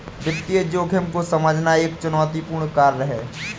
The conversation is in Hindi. वित्तीय जोखिम को समझना एक चुनौतीपूर्ण कार्य है